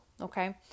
Okay